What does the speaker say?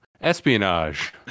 espionage